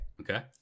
Okay